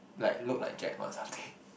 like look like Jack or something